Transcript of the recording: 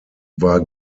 war